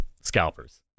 scalpers